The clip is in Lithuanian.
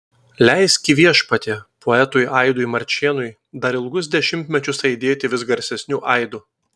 leiski viešpatie poetui aidui marčėnui dar ilgus dešimtmečius aidėti vis garsesniu aidu